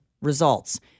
results